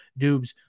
Dubes